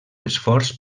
esforç